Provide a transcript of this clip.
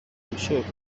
ibishoboka